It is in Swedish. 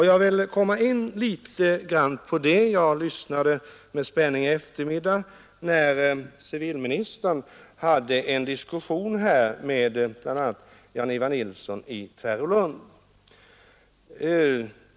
Jag lyssnade med spänning när civilministern i eftermiddags hade en diskussion med bl.a. herr Nilsson i Tvärålund.